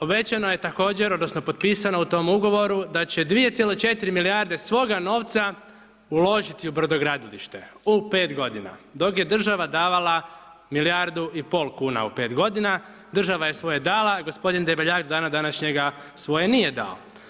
Obećano je također, odnosno potpisano u tom ugovoru da će 2,4 milijarde svoga novca uložiti u brodogradilište u 5 godina dok je država davala milijardu i pol kuna u 5 godina, država je svoje dala, gospodin Debeljak do dana današnjega svoje nije dao.